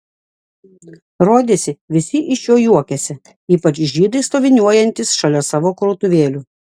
rodėsi visi iš jo juokiasi ypač žydai stoviniuojantys šalia savo krautuvėlių